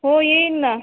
हो येईन नं